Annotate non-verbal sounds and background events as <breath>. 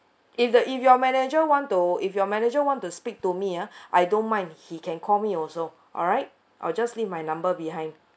if the if your manager want to if your manager want to speak to me ah <breath> I don't mind he can call me also alright I'll just leave my number behind